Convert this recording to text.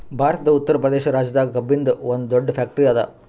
ಭಾರತದ್ ಉತ್ತರ್ ಪ್ರದೇಶ್ ರಾಜ್ಯದಾಗ್ ಕಬ್ಬಿನ್ದ್ ಒಂದ್ ದೊಡ್ಡ್ ಫ್ಯಾಕ್ಟರಿ ಅದಾ